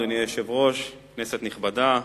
אדוני היושב-ראש, כנסת נכבדה,